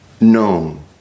known